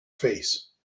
face